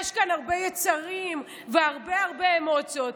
יש כאן הרבה יצרים והרבה הרבה אמוציות,